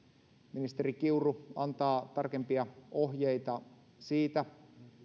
ministeri kiuru antaa tarkempia ohjeita siitä